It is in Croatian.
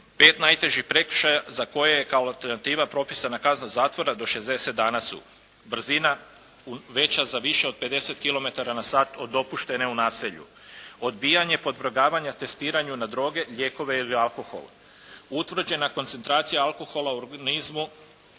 Pet najtežih prekršaja za koje je kao alternativa propisana kazna zakona do 60 dana su: brzina veća za više od 50 km na sat od dopuštene u naselju, odbijanje podvrgavanja testiranju na droge, lijekove ili alkohol, utvrđena koncentracija alkohola u organizmu